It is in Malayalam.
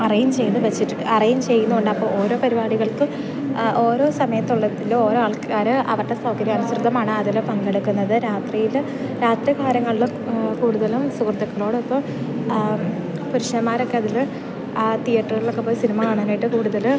അറേഞ്ച് ചെയ്തഉ വെച്ചിട്ട് അറേഞ്ച് ചെയ്യുന്നതുകൊണ്ടപ്പോൾ ഓരോ പരിപാടികൾക്ക് ഓരോ സമയത്തുള്ളതിൽ ഓരോ ആൾക്കാർ അവരുടെ സൗകര്യാനുസൃദമാണ് അതിൽ പങ്കെടുക്കുന്നത് രാത്രിയിൽ രാത്രി കാലങ്ങളിൽ കൂടുതലും സുഹൃത്തുക്കളോടൊപ്പം പുരുഷന്മാരൊക്കെ അതിൽ തീയേറ്ററുകളിലൊക്കെ പോയി സിനിമ കാണാനായിട്ട് കൂടുതൽ